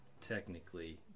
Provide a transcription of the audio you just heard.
technically